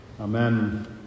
Amen